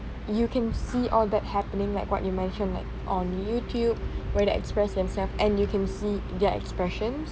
you can see all that happening like what you mentioned like on YouTube where they express themselves and you can see their expressions